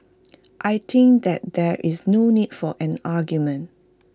I think that there is no need for an argument